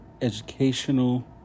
educational